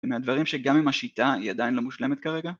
מהדברים שגם אם השיטה היא עדיין לא מושלמת כרגע